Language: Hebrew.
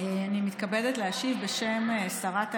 אני מתכבדת להשיב בשם שרת האנרגיה.